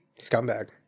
scumbag